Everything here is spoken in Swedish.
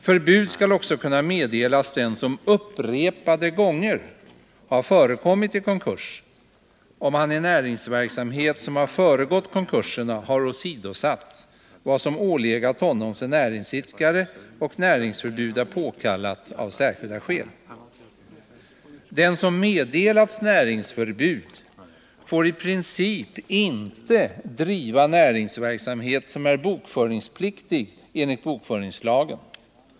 Förbud skall också kunna meddelas den som upprepade gånger har förekommit i konkurs, om han i näringsverksamhet som har föregått konkurserna har åsidosatt vad som ålegat honom som näringsidkare och näringsförbud är påkallat av särskilda skäl. Den som meddelats näringsförbud får i princip inte driva näringsverksamhet som är bokföringspliktig enligt bokföringslagen.